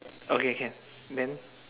okay can then